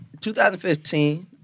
2015